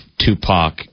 Tupac